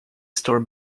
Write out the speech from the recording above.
store